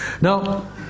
Now